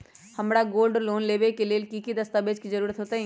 हमरा gold loan लेबे के लेल कि कि दस्ताबेज के जरूरत होयेत?